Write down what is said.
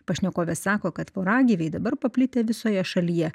pašnekovė sako kad voragyviai dabar paplitę visoje šalyje